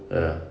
ya